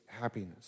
happiness